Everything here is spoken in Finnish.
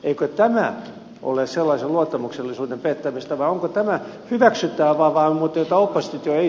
eikö tämä ole sellaisen luottamuksellisuuden pettämistä vai onko tämä hyväksyttävää mutta oppositio ei